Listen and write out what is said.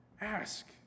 ask